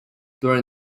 during